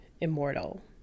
immortal